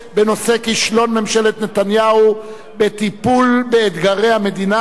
בנושא: כישלון ממשלת נתניהו בטיפול באתגרי המדינה,